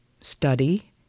study